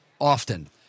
often